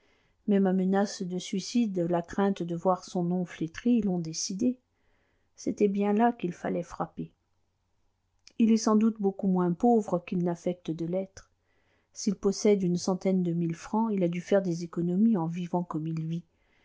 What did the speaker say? mais ma menace de suicide la crainte de voir son nom flétri l'ont décidé c'était bien là qu'il fallait frapper il est sans doute beaucoup moins pauvre qu'il n'affecte de l'être s'il possède une centaine de mille francs il a dû faire des économies en vivant comme il vit